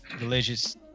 religious